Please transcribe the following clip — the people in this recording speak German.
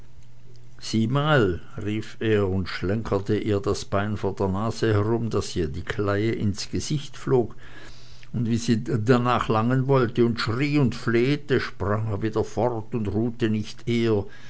sieh mal rief er und schlenkerte ihr das bein vor der nase herum daß ihr die kleie ins gesicht flog und wie sie darnach langen wollte und schrie und flehte sprang er wieder fort und ruhte nicht eher